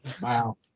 Wow